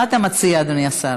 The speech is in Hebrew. מה אתה מציע, אדוני השר?